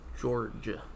Georgia